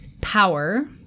power –